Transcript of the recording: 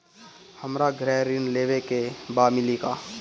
हमरा गृह ऋण लेवे के बा मिली का?